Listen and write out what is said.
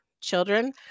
children